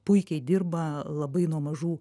puikiai dirba labai nuo mažų